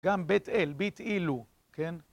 גם בית אל, בית אילו, כן?